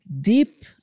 deep